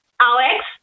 Alex